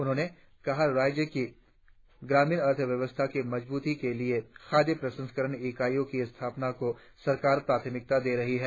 उन्होंने कहा राज्य की ग्रामीण अर्थव्यवस्था की मजबूती के लिए खाद्य प्रसंस्करण इकाइयों की स्थापना को सरकार प्राथमिकता दे रही है